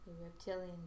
reptilian